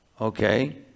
Okay